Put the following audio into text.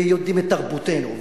ויודעים את תרבותנו,